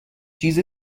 چیز